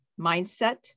mindset